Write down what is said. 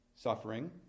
Suffering